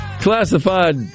classified